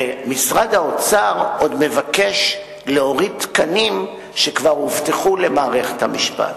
ומשרד האוצר עוד מבקש להוריד תקנים שכבר הובטחו למערכת המשפט.